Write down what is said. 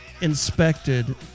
Inspected